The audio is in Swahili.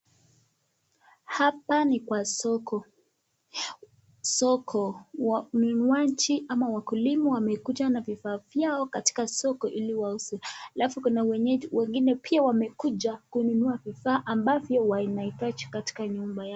Hapa ni kwa soko. Mnunuaji ama wakulima wamekuja na vifaa vyao katika soko ili wauze. Alafu kuna wengine pia wamekuja kununua vifaa ambavyo wanahitaji katika nyumba yao.